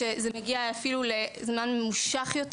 שזה מגיע אפילו לזמן ממושך יותר.